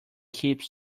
keeps